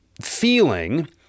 feeling